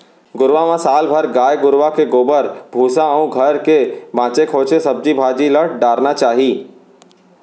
घुरूवा म साल भर गाय गरूवा के गोबर, भूसा अउ घर के बांचे खोंचे सब्जी भाजी ल डारना चाही